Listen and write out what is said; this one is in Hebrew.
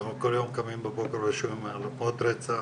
אנחנו כל יום קמים בבוקר ושומעים על עוד רצח